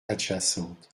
adjacente